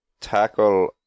tackle